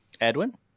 edwin